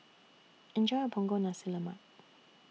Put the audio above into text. Enjoy your Punggol Nasi Lemak